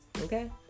Okay